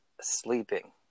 sleeping